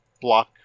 block